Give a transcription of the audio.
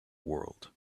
world